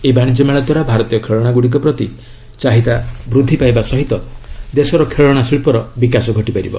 ଏହି ବାଶିଜ୍ୟମେଳା ଦ୍ୱାରା ଭାରତୀୟ ଖେଳନା ଗୁଡ଼ିକ ପ୍ରତି ଚାହିଦା ବୃଦ୍ଧି ପାଇବା ସହ ଦେଶର ଖେଳନା ଶିଳ୍ପର ବିକାଶ ଘଟିବ